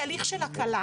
בהליך של הקלה,